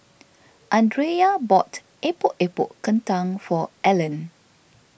andrea bought Epok Epok Kentang for Allen